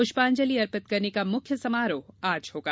प्रष्पांजलि अर्पित करने का मुख्य समारोह आज होगा